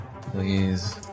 Please